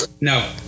No